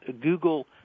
Google